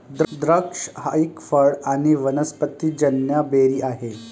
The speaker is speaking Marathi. द्राक्ष एक फळ आणी वनस्पतिजन्य बेरी आहे